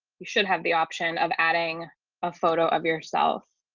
you should have the option of adding a photo of yourself.